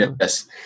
Yes